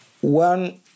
one